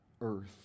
earth